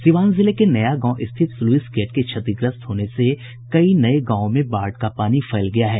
सिवान जिले के नया गांव स्थित स्लुईस गेट के क्षतिग्रस्त होने से कई नये गांवों में बाढ़ का पानी फैल गया है